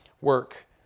Work